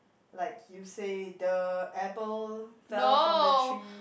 like you say the apple fell from the tree